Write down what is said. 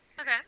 Okay